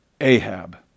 Ahab